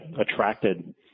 attracted